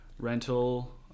Rental